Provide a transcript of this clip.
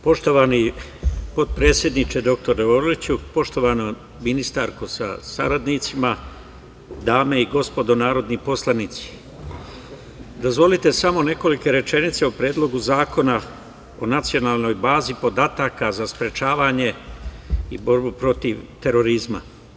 Poštovani potpredsedniče dr Orliću, poštovana ministarko sa saradnicima, dame i gospodo narodni poslanici, dozvolite samo nekolike rečenice o Predlogu zakona o nacionalnoj bazi podataka za sprečavanje i borbu protiv terorizma.